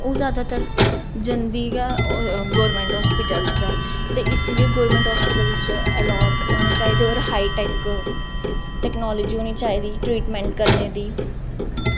ओह् जादातर जंदी गै गौरमैंट हास्पिटल च ऐ ते इस लेई गौरमैंट हस्पिटल च अलाट होने चाहिदे होर हाईटैक टैकनॉलजी होनी चाहिदी ट्रीटमैंट करने दी